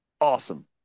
awesome